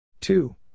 Two